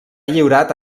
lliurat